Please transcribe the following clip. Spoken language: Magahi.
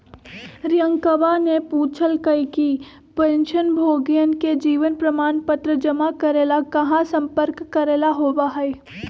रियंकावा ने पूछल कई कि पेंशनभोगियन के जीवन प्रमाण पत्र जमा करे ला कहाँ संपर्क करे ला होबा हई?